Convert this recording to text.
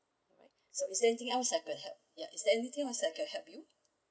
so is there anything else I could help ya is there anything I could help you